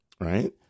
right